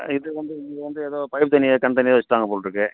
இது வந்து நீங்கள் வந்து ஏதோ பைப் தண்ணி கேன் தண்ணி வச்சுட்டாங்க போலிருக்கு